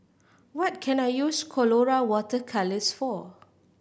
what can I use Colora Water Colours for